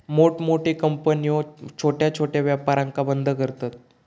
मोठमोठे कंपन्यो छोट्या छोट्या व्यापारांका बंद करता